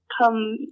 come